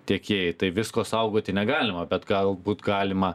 tiekėjai tai visko saugoti negalima bet galbūt galima